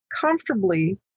comfortably